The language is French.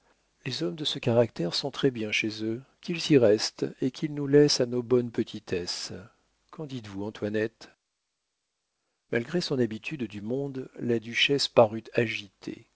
les hommes de ce caractère sont très-bien chez eux qu'ils y restent et qu'ils nous laissent à nos bonnes petitesses qu'en dites-vous antoinette malgré son habitude du monde la duchesse parut agitée